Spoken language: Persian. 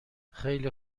خیله